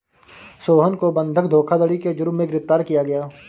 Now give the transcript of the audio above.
सोहन को बंधक धोखाधड़ी के जुर्म में गिरफ्तार किया गया